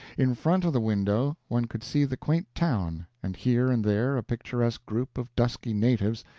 in front of the window one could see the quaint town, and here and there a picturesque group of dusky natives,